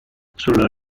sul